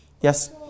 Yes